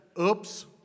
oops